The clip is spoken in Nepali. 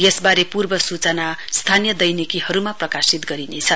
यसवारे पूर्व सूचना स्थानीय दैनिकीहरुमा प्रकाशित गरिनेछ